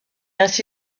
ainsi